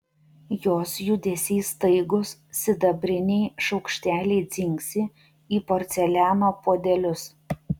jos judesiai staigūs sidabriniai šaukšteliai dzingsi į porceliano puodelius